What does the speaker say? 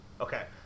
Okay